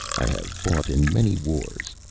i have fought in many wars,